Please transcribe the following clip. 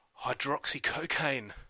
hydroxycocaine